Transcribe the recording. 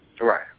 Right